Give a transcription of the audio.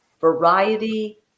Variety